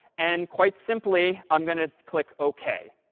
and quite simply, i'm going to click ok.